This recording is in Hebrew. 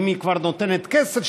אם היא כבר נותנת כסף,